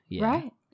Right